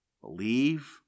believe